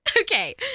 Okay